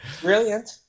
Brilliant